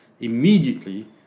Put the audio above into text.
immediately